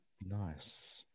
Nice